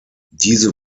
diese